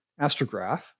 astrograph